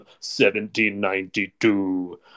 1792